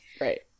right